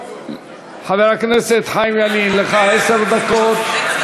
חבר הכנסת חיים ילין, יש לך עשר דקות.